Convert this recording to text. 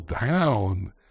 down